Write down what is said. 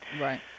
Right